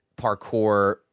parkour